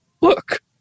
Look